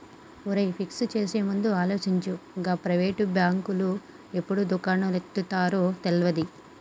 ఒరేయ్, ఫిక్స్ చేసేముందు ఆలోచించు, గా ప్రైవేటు బాంకులు ఎప్పుడు దుకాణం ఎత్తేత్తరో తెల్వది